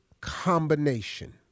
combination